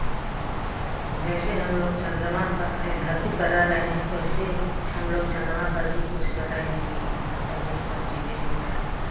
जैसे हमलोग चन्द्रमा पर धरती पर रह रहे हैं वैसे हमलोग चन्द्रमा पर भी खोज कर रहे हैं कि वहाँ पर भी सब चीज़ें हो जाए